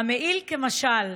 "המעיל כמשל".